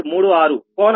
36 కోణం 116